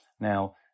Now